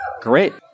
Great